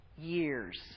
years